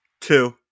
Two